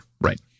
right